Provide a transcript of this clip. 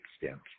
extent